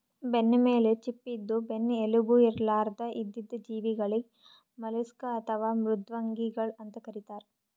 ಬೆನ್ನಮೇಲ್ ಚಿಪ್ಪ ಇದ್ದು ಬೆನ್ನ್ ಎಲುಬು ಇರ್ಲಾರ್ದ್ ಇದ್ದಿದ್ ಜೀವಿಗಳಿಗ್ ಮಲುಸ್ಕ್ ಅಥವಾ ಮೃದ್ವಂಗಿಗಳ್ ಅಂತ್ ಕರಿತಾರ್